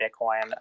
Bitcoin